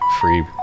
free